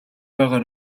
байгаа